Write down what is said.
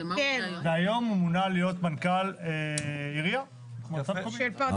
והיום הוא מונה להיות מנכ"ל מועצה מקומית פרדס חנה כרכור.